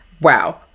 Wow